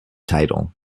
title